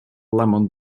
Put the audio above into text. lemon